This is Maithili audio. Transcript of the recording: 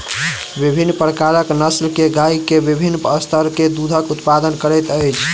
विभिन्न प्रकारक नस्ल के गाय के विभिन्न स्तर के दूधक उत्पादन करैत अछि